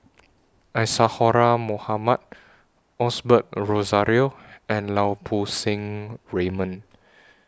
Isadhora Mohamed Osbert Rozario and Lau Poo Seng Raymond